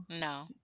No